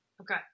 Okay